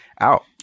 out